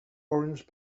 orange